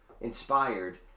inspired